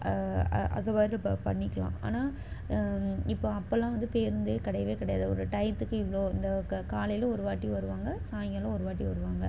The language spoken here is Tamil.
அது வரும் ப பண்ணிக்கலாம் ஆனால் இப்போது அப்பெலாம் வந்து பேருந்தே கிடையவே கிடையாது ஒரு டையத்துக்கு இவ்வளோ இந்த க காலையில் ஒரு வாட்டி வருவாங்க சாயங்காலம் ஒரு வாட்டி வருவாங்க